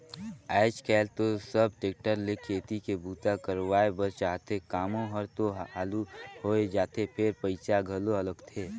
आयज कायल तो सब टेक्टर ले खेती के बूता करवाए बर चाहथे, कामो हर तो हालु होय जाथे फेर पइसा घलो लगथे